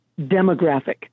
demographic